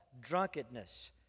drunkenness